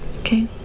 Okay